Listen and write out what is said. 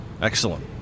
Excellent